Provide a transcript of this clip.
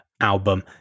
album